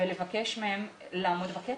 ולבקש ממנו לעמוד בקצב.